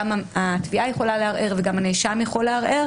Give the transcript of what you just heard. גם התביעה יכולה לערער וגם הנאשם יכול לערער